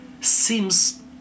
seems